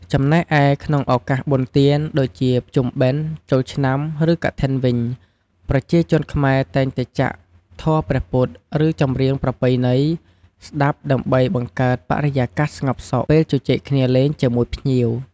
ចំំណែកឯក្នុងឱកាសបុណ្យទាន ដូចជា ភ្ជុំបិណ្ធ ចូលឆ្នាំ ឬ កឋិនវិញ ប្រជាជនខ្មែរតែងតែចាក់ធម៌ព្រះពុទ្ធ ឬ ចម្រៀងប្រពៃណីស្ដាប់ ដើម្បីបង្កើតបរិយាកាសស្ងប់សុខ ពេលជជែកគ្នាលេងជាមួយភ្ញៀវ។